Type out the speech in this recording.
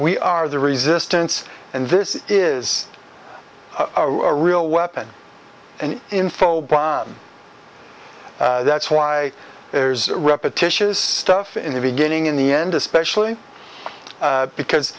we are the resistance and this is a real weapon and info bob that's why there's repetitious stuff in the beginning in the end especially because